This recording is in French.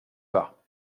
pas